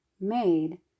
made